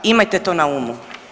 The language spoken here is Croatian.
Imajte to na umu.